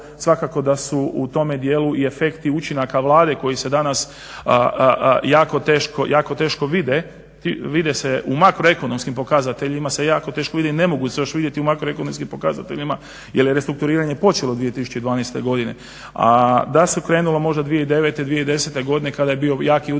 svakako da su u tome dijelu i efekti učinaka Vlade koji se danas jako teško vide, vide se u makro ekonomskim pokazateljima se jako teško vide i ne mogu se još vidjeti u makro ekonomskim pokazateljima jer je restrukturiranje počelo 2012. godine. A da se krenulo možda 2009., 2010. godine kada je bio jaki udar